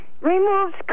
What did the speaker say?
removes